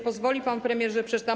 Pozwoli pan premier, że przeczytam.